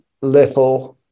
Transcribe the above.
little